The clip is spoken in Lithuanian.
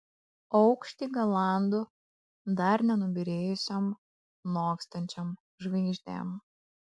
aukštį galandu dar nenubyrėjusiom nokstančiom žvaigždėm